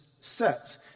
sets